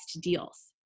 deals